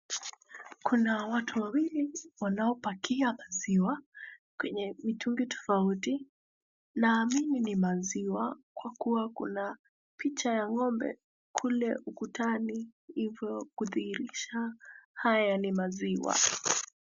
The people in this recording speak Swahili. Kuna watu wawili wanaopakia maziwa kwenye mitungi tofauti na hii ni maziwa kwa kuwa kuna picha ya ng'ombe kule ukutani hivyo kudhihirisha hayo ni maziwa.